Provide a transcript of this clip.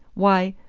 why,